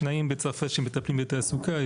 שניים בצרפת שמטפלי בתעסוקה,